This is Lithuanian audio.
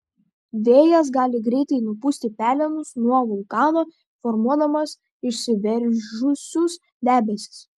vėjas gali greitai nupūsti pelenus nuo vulkano formuodamas išsiveržusius debesis